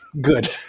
Good